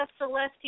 Celestia